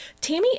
Tammy